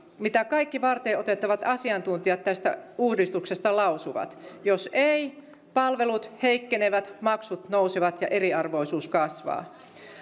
mitä kaikki varteenotettavat asiantuntijat tästä uudistuksesta lausuvat jos ei palvelut heikkenevät maksut nousevat ja eriarvoisuus kasvaa